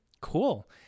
Cool